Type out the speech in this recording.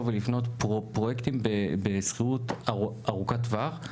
ולבנות פרויקטים בשכירות ארוכת טווח,